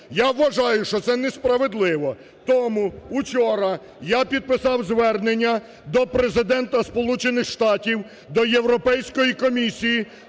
Я вважаю, що це несправедливо. Тому вчора я підписав звернення до Президента Сполучених Штатів, до Європейської комісії